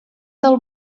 del